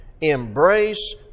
embrace